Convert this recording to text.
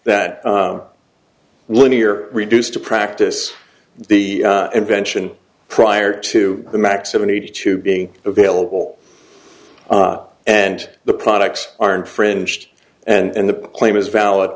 that linear reduced to practice the invention prior to the max seventy two being available and the products are infringed and the claim is valid